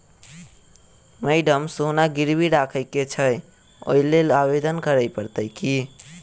Madam सोना गिरबी राखि केँ छैय ओई लेल आवेदन करै परतै की?